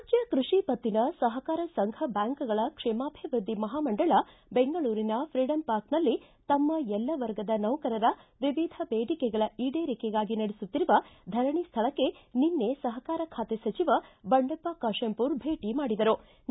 ರಾಜ್ಣ ಕೈಷಿ ಪತ್ತಿನ ಸಹಕಾರ ಸಂಘ ಬ್ಯಾಂಕ್ಗಳ ಕ್ಷೇಮಾಭಿವೃದ್ದಿ ಮಹಾಮಂಡಳ ಬೆಂಗಳೂರಿನ ಫ್ರೀಡಂ ಪಾರ್ಕಿನಲ್ಲಿ ತಮ್ನ ಎಲ್ಲಾ ವರ್ಗದ ನೌಕರರ ವಿವಿಧ ಬೇಡಿಕೆಗಳ ಈಡೇರಿಕೆಗಾಗಿ ನಡೆಸುತ್ತಿರುವ ಧರಣಿ ಸ್ವಳಕ್ಕೆ ನಿನ್ನೆ ಸಹಕಾರ ಖಾತೆ ಸಚಿವ ಬಂಡೆಪ್ಪ ಖಾಶೆಂಪುರ ಅವರು ಆಗಮಿಸಿ ಧರಣಿ ನಿರತ ನೌಕರರನ್ನು ಭೇಟ ಮಾಡಿದರು